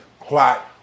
plot